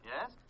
Yes